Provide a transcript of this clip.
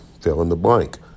fill-in-the-blank